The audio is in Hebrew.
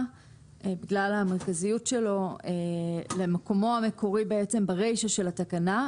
- בגלל המרכזיות שלו - למקומו המקורי ברישה של התקנה.